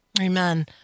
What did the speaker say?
Amen